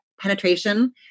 penetration